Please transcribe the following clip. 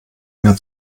mehr